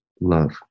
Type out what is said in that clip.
love